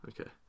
okay